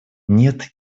нет